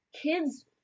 kids